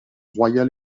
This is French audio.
royale